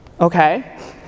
Okay